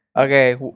Okay